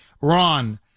Ron